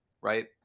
right